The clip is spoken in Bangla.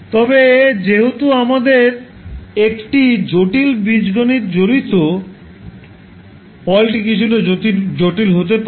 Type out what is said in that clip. তবে যেহেতু আমাদের একটি জটিল বীজগণিত জড়িত ফল কিছুটা জটিল হতে পারে